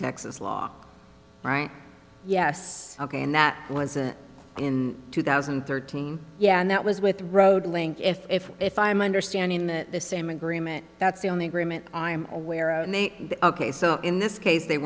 texas law right yes ok and that wasn't in two thousand and thirteen yeah and that was with road link if if if i'm understanding that the same agreement that's the only agreement i'm aware of ok so in this case they